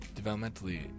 developmentally